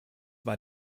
war